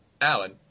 Alan